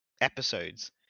episodes